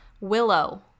willow